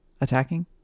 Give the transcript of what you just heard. attacking